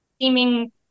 seeming